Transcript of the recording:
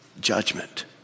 Judgment